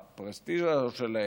והפרסטיז'ה הזאת שלהם,